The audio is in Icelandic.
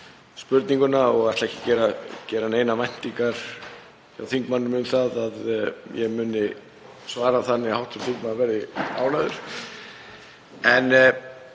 spurninguna. Ég ætla ekki að vekja neinar væntingar hjá þingmanninum um að ég muni svara þannig að hv. þingmaður verði ánægður en